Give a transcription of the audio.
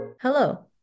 Hello